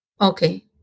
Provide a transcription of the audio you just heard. okay